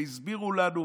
והסבירו לנו והכול,